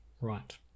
Right